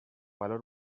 valor